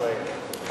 אינו נוכח דניאל עטר,